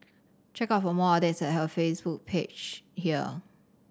check out for more updates at her Facebook page here